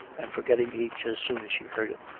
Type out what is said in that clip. and forgetting each as soon as she heard it.